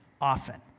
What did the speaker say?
often